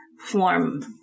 form